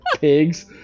pigs